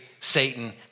Satan